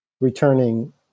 returning